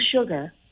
sugar